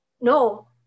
No